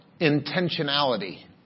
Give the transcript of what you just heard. intentionality